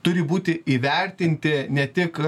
turi būti įvertinti ne tik